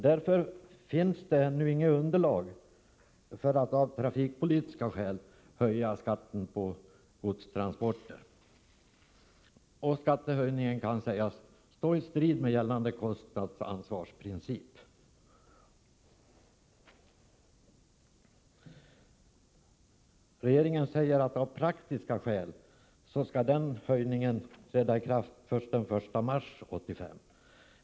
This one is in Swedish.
Därför finns det ännu inget underlag för att av trafikpolitiska skäl höja skatten på godstransporter, och skattehöjningen kan sägas stå i strid med gällande kostnadsansvarsprincip. Regeringen säger att denna höjning av praktiska skäl inte skall träda i kraft förrän den 1 mars 1985.